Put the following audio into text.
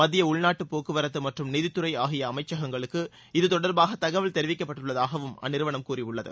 மத்திய உள்நாட்டு போக்குவரத்து மற்றும் நிதித்துறை ஆகிய அமைச்சகங்களுக்கு இது தொடர்பாக தகவல் தெரிவிக்கப்பட்டுள்ளதாகவும் அந்நிறுவனம் கூறியுள்ளது